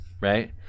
right